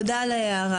תודה על הערה.